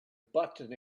button